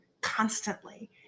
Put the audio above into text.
constantly